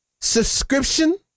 subscription